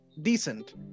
decent